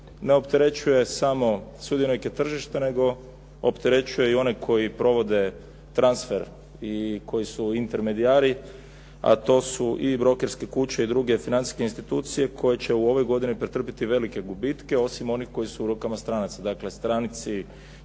ne opterećuje samo sudionike tržišta nego opterećuje i one koji provode transfer i koji su intermedijari, a to su i brokerske kuće i druge financijske institucije koje će u ovoj godini pretrpjeti velike gubitke, osim onih koji su u rukama stranaca. Dakle, stranci